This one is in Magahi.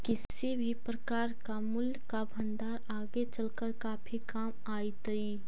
किसी भी प्रकार का मूल्य का भंडार आगे चलकर काफी काम आईतई